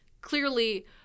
clearly